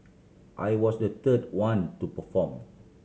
I was the third one to perform